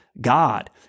God